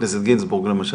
אשכנזייה